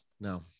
No